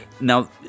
now